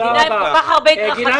מדינה עם כל כך הרבה התרחשויות.